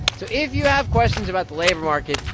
so if you have questions about the labor market,